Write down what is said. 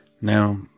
Now